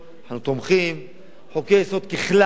חוקי-יסוד ככלל, אנחנו מתנגדים,